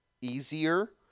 easier